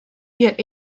yet